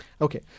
Okay